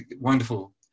wonderful